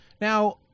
Now